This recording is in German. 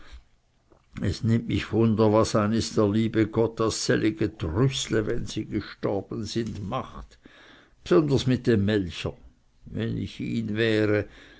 es nimmt mich wunder was einist der liebe gott aus sellige trüßle wenn sie gestorben sind macht bsunders mit dem melcher wenn ich ihn wäre